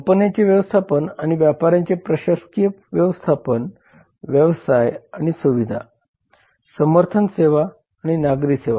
कंपन्याचे व्यवस्थापन आणि व्यापारांचे प्रशासकीय व्यवस्थापन व्यवसाय आणि सुविधा समर्थन सेवा आणि नागरी सेवा